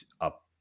up